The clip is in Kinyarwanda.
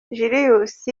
julius